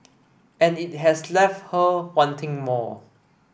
and it has left her wanting more